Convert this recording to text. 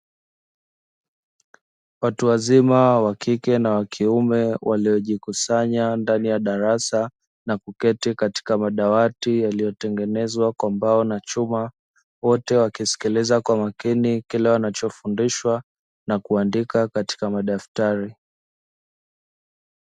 Watu wazima wa kike na wa kiume waliojikusanya ndani ya darasa na kuketi katika madawati yaliyotengenezwa kwa mbao na chuma, wote wakisikiliza kwa makini kile wanachofundishwa na kuandika katika madaftari.